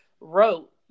wrote